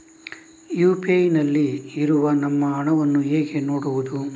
UPI ನಲ್ಲಿ ಇರುವ ನಮ್ಮ ಹಣವನ್ನು ಹೇಗೆ ನೋಡುವುದು?